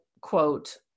quote